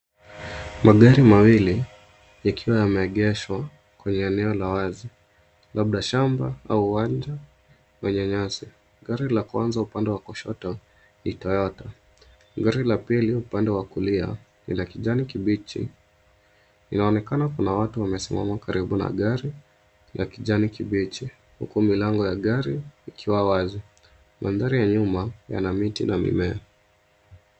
Magari mawili yakiwayameegeshwa kwenye eneo la wazi, labda shamba au uwanja wenye nyasi, gari la kwanza upande wa kushoto ni toyota gari la pili upande wa kulia ni la kijani kibichi inaonekana kuna watu wamesimama karibu gari la kijani kibichi huku milango ya gari ikiwa wazi, madhari ya nyuma yana miti na mimea.